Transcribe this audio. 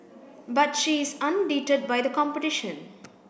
but she is undeterred by the competition